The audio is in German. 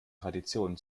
traditionen